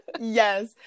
yes